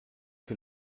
que